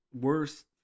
worse